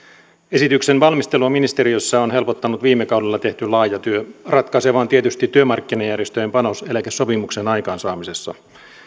esityksen valmistelua ministeriössä on helpottanut viime kaudella tehty laaja työ ratkaisevaa on tietysti työmarkkinajärjestöjen panos eläkesopimuksen aikaansaamisessa